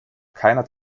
keiner